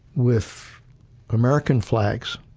with american flags.